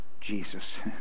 Jesus